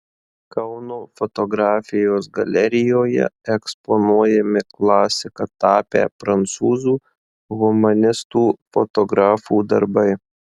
kauno fotografijos galerijoje eksponuojami klasika tapę prancūzų humanistų fotografų darbai